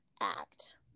act